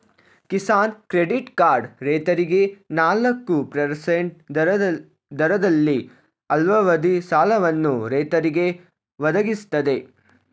Kisan credit card ರೈತರಿಗೆ ನಾಲ್ಕು percent ದರದಲ್ಲಿ ಅಲ್ಪಾವಧಿ ಸಾಲವನ್ನು ರೈತರಿಗೆ ಒದಗಿಸ್ತದೆ